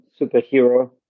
superhero